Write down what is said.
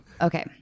Okay